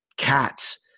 cats